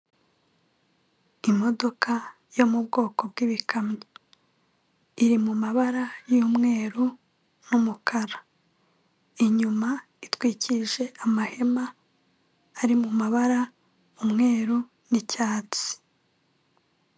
Imodoka yo mu bwoko bw' ibikamyo iri mu mabara y'umweru n'umukara inyuma itwikije amahema ari mu mabara umweru n'icyatsi.